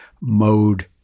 mode